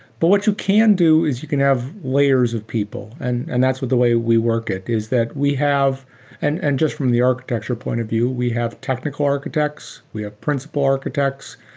but what you can do is you can have layers of people, and and that's the way we work it, is that we have and and just from the architecture point of view, we have technical architects. we have principal architects.